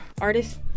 artist